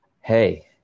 Hey